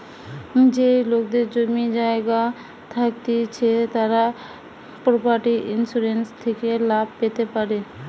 যেই লোকেদের জমি জায়গা থাকতিছে তারা প্রপার্টি ইন্সুরেন্স থেকে লাভ পেতে পারে